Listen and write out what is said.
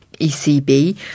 ECB